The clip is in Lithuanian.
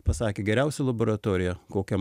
pasakė geriausią laboratoriją kokią